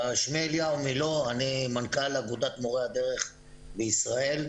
שלום, אני מנכ"ל אגודת מורי הדרך בישראל.